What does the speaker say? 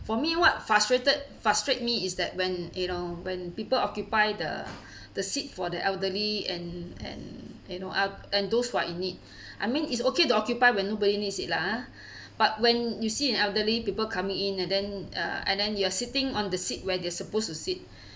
for me what frustrated frustrate me is that when you know when people occupy the the seat for the elderly and and you know uh and those who are in need I mean it's okay to occupy when nobody needs it lah ah but when you see an elderly people coming in and then uh and then you are sitting on the seat where they're supposed to sit